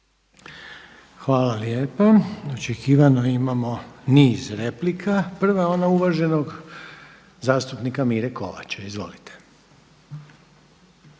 Hvala lijepa. Očekivano imamo niz replika. Prva je ona uvaženog zastupnika Mire Kovača. Izvolite.